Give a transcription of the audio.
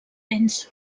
vents